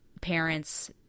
parents